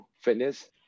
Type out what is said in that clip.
Fitness